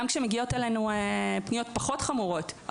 גם כשמגיעים אלינו עם פניות פחות חמורות.